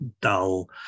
dull